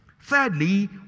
Thirdly